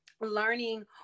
learning